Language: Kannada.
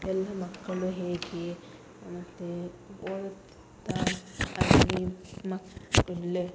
ಎಲ್ಲ ಮಕ್ಕಳು ಹೇಗೆ ಮತ್ತೆ ಓದುತ್ತಿದ್ದ ಅಲ್ಲಿ ಮಕ್ಕಳು